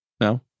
no